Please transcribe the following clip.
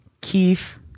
Keith